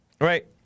right